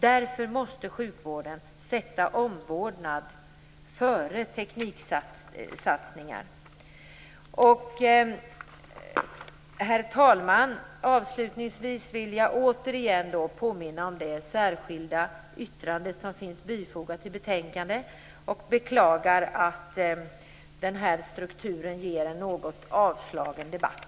Därför måste sjukvården sätta omvårdnad före tekniksatsningar. Herr talman! Avslutningsvis vill jag återigen påminna om det särskilda yttrande som finns fogat till betänkandet. Jag beklagar också att den här strukturen ger en något avslagen debatt.